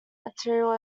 material